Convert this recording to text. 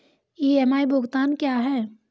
EMI भुगतान क्या है?